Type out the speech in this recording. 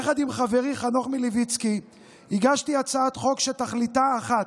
יחד עם חברי חנוך מלביצקי הגשתי הצעת חוק שתכליתה אחת: